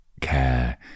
care